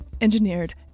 engineered